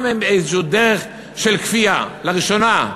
גם הם באיזושהי דרך של כפייה, לראשונה.